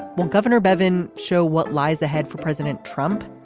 well governor bevin show what lies ahead for president trump.